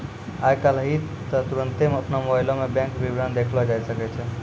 आइ काल्हि त तुरन्ते अपनो मोबाइलो मे बैंक विबरण देखलो जाय सकै छै